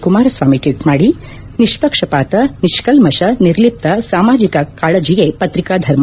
Kumaraswamy tweet ಮಾಡಿ ನಿಷ್ಷಕ್ಷಪಾತ ನಿಷ್ಕಲ್ಪಷ ನಿರ್ಲಿಪ್ತ ಸಾಮಾಜಿಕ ಕಾಳಜಿಯೇ ಪತ್ರಿಕಾ ಧರ್ಮ